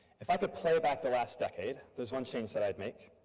if i could play back the last decade, there's one change that i'd make.